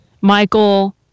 Michael